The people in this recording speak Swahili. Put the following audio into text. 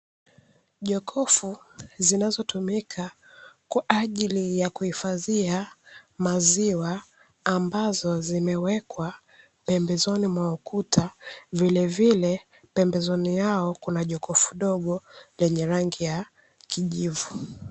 Jokofu zinazotumika kwa ajili ya kuhifadhia maziwa, ambazo zimewekwa pembezoni mwa ukuta, vilevile pembezoni yao kuna jokofu dogo lenye rangi ya kijivu.